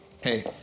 Hey